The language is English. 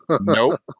Nope